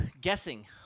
guessing